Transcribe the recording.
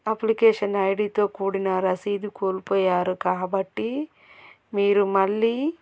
application ఐడితో కూడిన రసీదు కోల్పోయారు కాబట్టి మీరు మళ్ళీ